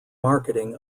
marketing